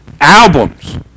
albums